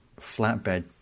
flatbed